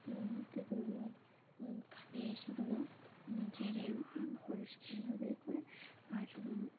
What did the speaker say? তুল তেঁতুল খাবে সেগুলো ঝেড়ে পরিষ্কারভাবে করে আর